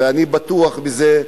ואני בטוח בזה,